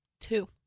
Two